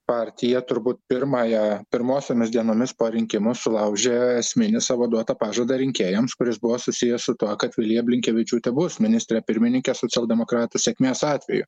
partija turbūt pirmąją pirmosiomis dienomis po rinkimų sulaužė esminį savo duotą pažadą rinkėjams kuris buvo susijęs su tuo kad vilija blinkevičiūtė bus ministre pirmininke socialdemokratų sėkmės atveju